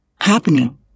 happening